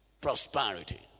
Prosperity